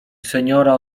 seniora